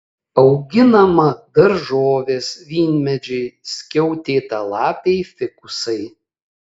auginama daržovės vynmedžiai skiautėtalapiai fikusai